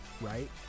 right